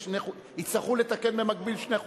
יצטרכו לתקן במקביל שני חוקים.